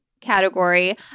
Category